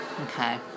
Okay